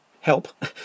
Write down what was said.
help